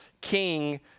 king